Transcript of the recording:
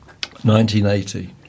1980